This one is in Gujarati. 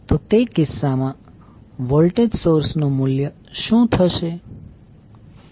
તો તે કિસ્સામાં વોલ્ટેજ સોર્સ નું મૂલ્ય શું હશે